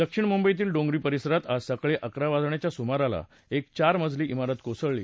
दक्षिण मुंबईतील डोंगरी परिसरात आज सकाळी अकरा वाजण्याच्या सुमाराला एक चार मजली भारत कोसळली